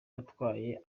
atwaye